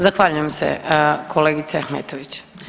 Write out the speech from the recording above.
Zahvaljujem se kolegice Ahmetović.